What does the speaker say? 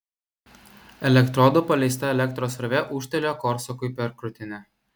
elektrodų paleista elektros srovė ūžtelėjo korsakui per krūtinę